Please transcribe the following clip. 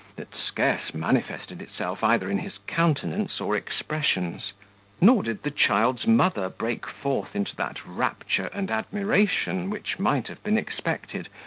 that scarce manifested itself either in his countenance or expressions nor did the child's mother break forth into that rapture and admiration which might have been expected,